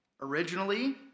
originally